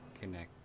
connect